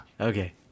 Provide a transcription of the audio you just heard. Okay